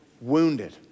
wounded